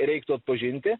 reiktų atpažinti